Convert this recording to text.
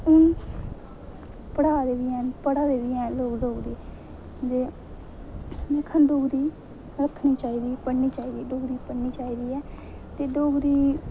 हून पढ़ा दे बी हैन पढ़ै दे बी हैन लोग डोगरी ते लिखनी डोगरी बोलनी चाहिदी पढ़नी चाहिदी डोगरी पढ़नी चाहिदी ऐ ते डोगरी